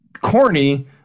corny